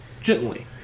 gently